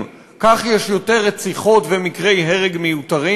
כך יש יותר רציחות ומקרי הרג מיותרים.